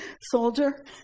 soldier